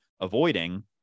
avoiding